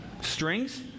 Strings